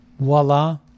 voila